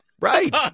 Right